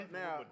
now